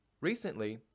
Recently